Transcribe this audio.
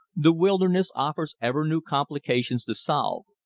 the wilderness offers ever new complications to solve,